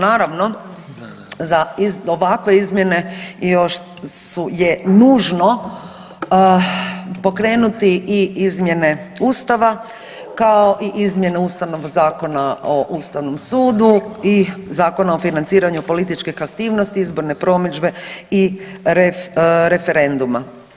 Naravno, za ovakve izmjene još je nužno pokrenuti i izmjene ustava, kao i izmjene Ustavnog zakona o ustavnom sudu i Zakona o financiranju političkih aktivnosti, izborne promidžbe i referenduma.